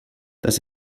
das